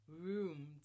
room